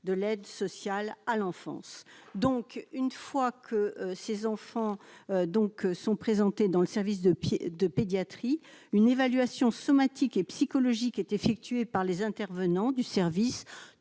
de l'aide sociale à l'enfance donc, une fois que ces enfants donc sont présentées dans le service de pied de pédiatrie une évaluation somatique et psychologique est effectué par les intervenants du service,